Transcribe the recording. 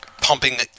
pumping